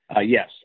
Yes